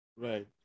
Right